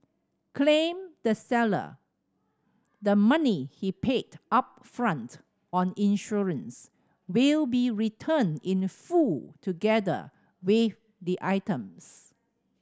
claimed the seller the money he paid upfront on insurance will be returned in full together with the items